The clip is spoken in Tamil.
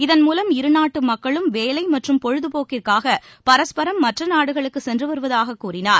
இதன்மூலம் இருநாட்டு மக்களும் வேலை மற்றும் பொழுதுபோக்கிற்காக பரஸ்பரம் மற்ற நாடுகளுக்கு சென்று வருவதாகக் கூறினார்